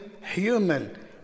human